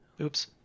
oops